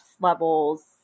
levels